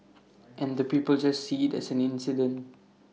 and the people just see IT as an incident